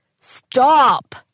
Stop